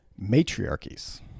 matriarchies